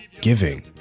giving